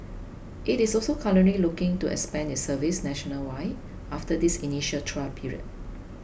it is also currently looking to expand its service nationwide after this initial trial period